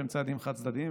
שהם צעדים חד-צדדיים,